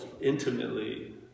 intimately